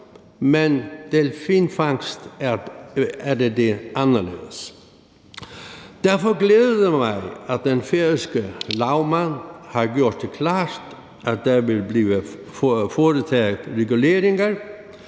med delfinfangst er det anderledes. Derfor glæder det mig, at den færøske lagmand har gjort det klart, at der vil blive foretaget reguleringer,